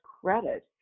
credit